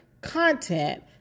content